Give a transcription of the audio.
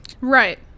Right